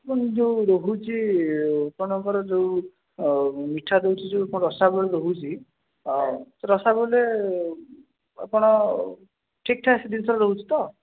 ଆପଣ ଯେଉଁ ରହୁଛି ଆପଣଙ୍କର ଯେଉଁ ମିଠା ରହୁଛି ଯେଉଁ ଆମର ରସାବଳି ରହୁଛି ସେ ରସାବଳିରେ ଆପଣ ଠିକ୍ ଠାକ୍ ଜିନିଷ ରହୁଛି ତ